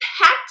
packed